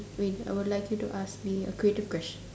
wait I would like you to ask me a creative question